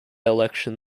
election